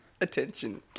Attention